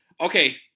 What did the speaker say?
okay